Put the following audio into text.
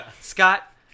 Scott